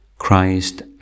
Christ